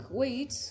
wait